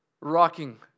rocking